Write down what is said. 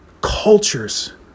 cultures